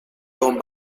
con